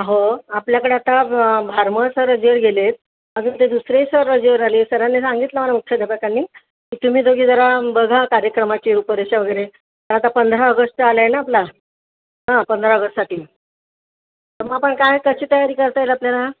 अहो आपल्याकडे आता ब भारमर सर रजेवर गेले आहेत अजून ते दुसरे सर रजेवर आले सरांनी सांगितलं मला मुख्याध्यापकांनी की तुम्ही दोघी जरा बघा कार्यक्रमाची रूपरेषा वगैरे तर आता पंधरा ऑगस्ट आला आहे ना आपला हां पंधरा ऑगससाठी तर मग आपण काय कशी तयारी करता येईल आपल्याला